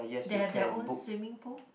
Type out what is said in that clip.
they have their own swimming pool